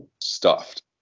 stuffed